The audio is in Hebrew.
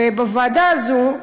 ובוועדה הזאת,